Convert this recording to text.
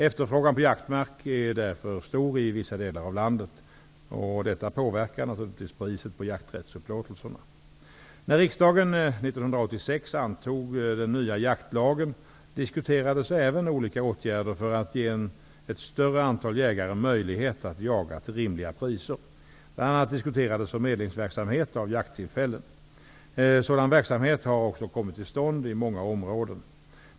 Efterfrågan på jaktmark är därför stor i vissa delar av landet. Detta påverkar priset på jakträttsupplåtelserna. När riksdagen år 1986 antog den nya jaktlagen diskuterades även olika åtgärder för att ge ett större antal jägare möjlighet att jaga till rimliga priser. Bl.a. diskuterades förmedlingsverksamhet av jakttillfällen. Sådan verksamhet har också kommit till stånd i många områden.